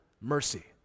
mercy